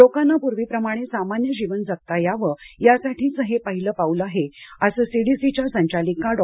लोकांना से पूर्वीप्रमाणे सामान्य जीवन जगता यावं यासाठीचे हे पहिले पाऊल आहे असे सीडीसीच्या संचालिका डॉ